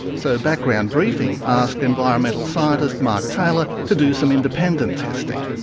so background briefing asked environmental scientist mark taylor to do some independent testing.